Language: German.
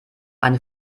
eine